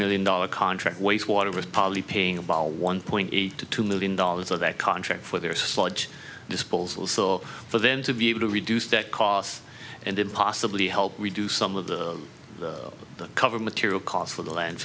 million dollar contract wastewater with poly paying about one point eight to two million dollars of that contract for their sludge disposal so for them to be able to reduce that cost and in possibly help reduce some of the cover material costs for the land